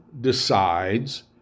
decides